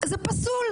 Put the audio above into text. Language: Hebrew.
זה פסול.